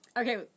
okay